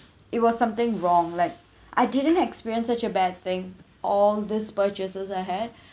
it was something wrong like I didn't experience such a bad thing all these purchases I had